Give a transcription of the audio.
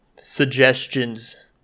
suggestions